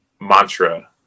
mantra